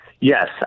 Yes